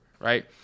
right